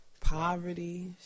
Poverty